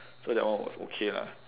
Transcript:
so that one was okay lah